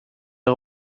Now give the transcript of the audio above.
are